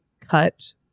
cut